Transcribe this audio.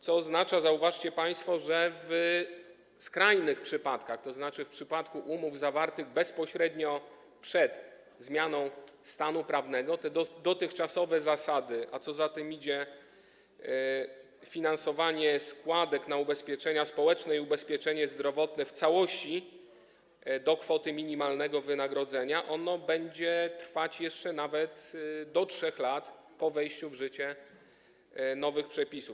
co oznacza, zauważcie państwo, że w skrajnych przypadkach, to znaczy w przypadku umów zawartych bezpośrednio przed zmianą stanu prawnego, te dotychczasowe zasady, a co za tym idzie - finansowanie składek na ubezpieczenia społeczne i ubezpieczenie zdrowotne w całości do kwoty minimalnego wynagrodzenia, będą obowiązywać jeszcze nawet do 3 lat po wejściu w życie nowych przepisów.